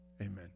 amen